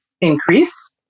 increase